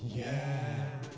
yeah